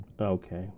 Okay